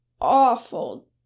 awful